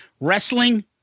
Wrestling